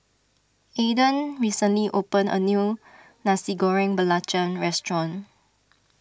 Aedan recently opened a new Nasi Goreng Belacan restaurant